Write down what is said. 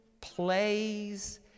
plays